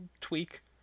tweak